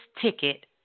ticket